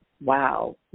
wow